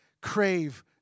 crave